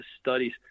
studies